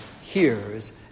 hears